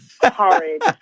Horrid